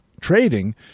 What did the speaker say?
trading